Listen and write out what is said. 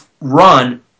run